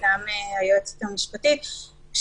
וגם היועצת המשפטית,